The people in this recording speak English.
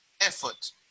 effort